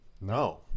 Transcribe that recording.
No